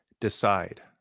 Decide